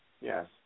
Yes